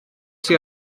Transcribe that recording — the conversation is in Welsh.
sydd